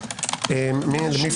בהן.